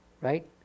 Right